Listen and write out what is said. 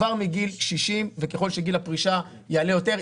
כבר מגיל 60 וככל שגיל הפרישה יעלה יותר,